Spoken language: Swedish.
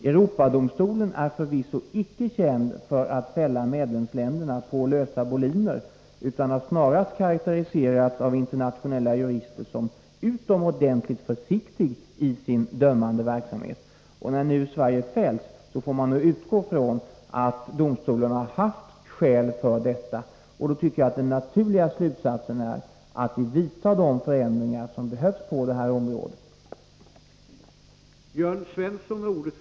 Europadomstolen är förvisso icke känd för att fälla medlemsländerna på lösa boliner, utan har av internationella jurister snarast karakteriserats som försiktig i sin dömande verksamhet. När nu Sverige har fällts får man utgå från att domstolen har haft skäl för detta, och då tycker jag att den naturliga slutsatsen är att vi bör vidta de förändringar på det här området som behövs.